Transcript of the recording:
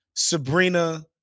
Sabrina